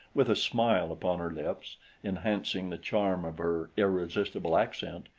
with a smile upon her lips enhancing the charm of her irresistible accent,